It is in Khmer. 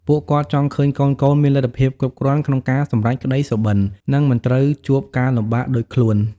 ពួកគាត់ចង់ឃើញកូនៗមានលទ្ធភាពគ្រប់គ្រាន់ក្នុងការសម្រេចក្ដីសុបិន និងមិនត្រូវជួបការលំបាកដូចខ្លួន។